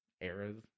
eras